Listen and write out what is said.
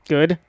Good